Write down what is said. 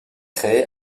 créée